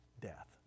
death